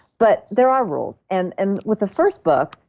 but there are rules. and and with the first book,